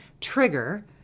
trigger